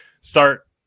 start